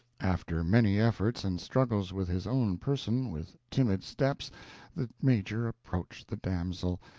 after many efforts and struggles with his own person, with timid steps the major approached the damsel,